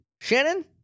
shannon